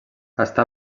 està